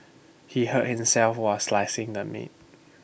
he hurt himself while slicing the meat